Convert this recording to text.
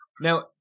now